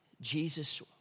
Jesus